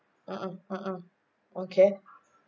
mmhmm mmhmm okay